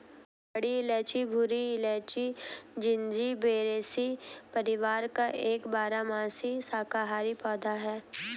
बड़ी इलायची भूरी इलायची, जिंजिबेरेसी परिवार का एक बारहमासी शाकाहारी पौधा है